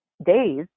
Days